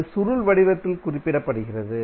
இது சுருள் வடிவத்தில் குறிப்பிடப்படுகிறது